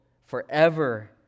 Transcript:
forever